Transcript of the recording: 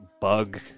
Bug